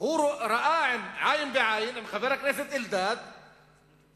ראה עין בעין עם חבר הכנסת אלדד שפלסטין